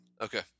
okay